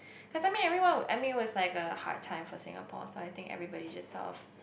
cause I mean everyone I mean it was like a hard time for Singapore so I think everybody just sort of